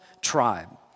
tribe